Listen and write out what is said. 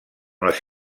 les